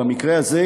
ובמקרה הזה,